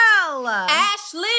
Ashley